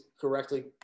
correctly